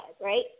right